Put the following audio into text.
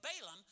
Balaam